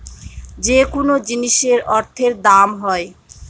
যেকোনো জিনিসের অর্থের দাম হয়